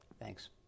Thanks